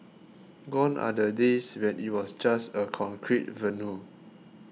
gone are the days when it was just a concrete venue